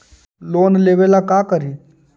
Loan लेबे ला का करि?